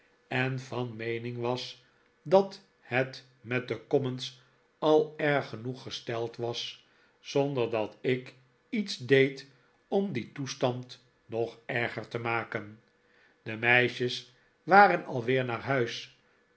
en van meening was dat het met de commons al erg genoeg gesteld was zonder dat ik iets deed om dien toestand nog erger te maken de meisjes waren alweer naar huis